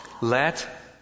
Let